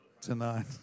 tonight